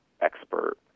expert